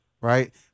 right